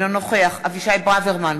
אינו נוכח אבישי ברוורמן,